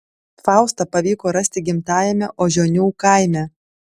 faustą pavyko rasti gimtajame ožionių kaime